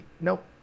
Nope